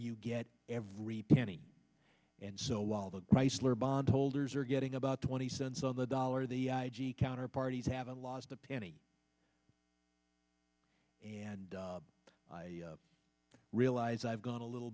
you get every penny and so while the chrysler bondholders are getting about twenty cents on the dollar the i g counter parties have a lost a penny and i realize i've gone a little